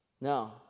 No